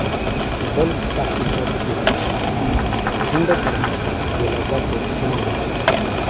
bulk टाकीचा उपयोग दूध थंड करण्यासाठी केला जातो असे मोहितने सांगितले